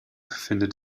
findet